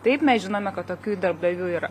taip mes žinome kad tokių darbdavių yra